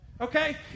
Okay